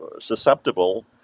susceptible